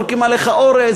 זורקים עליך אורז,